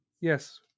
Yes